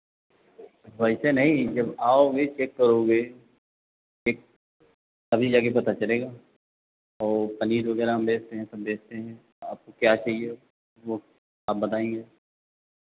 वैसे नहीं जब आओगे चेक करोगे ठीक तभी जाके पता चलेगा और पनीर वगैरह हम बेचते हैं सब बेचते हैं आपको क्या चाहिए वो आप बताइए